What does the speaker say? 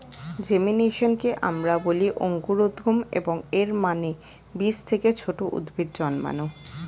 জেমিনেশনকে আমরা বলি অঙ্কুরোদ্গম, এবং এর মানে বীজ থেকে ছোট উদ্ভিদ জন্মানো